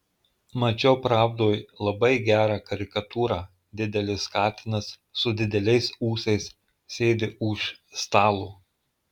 mačiau pravdoj labai gerą karikatūrą didelis katinas su dideliais ūsais sėdi už stalo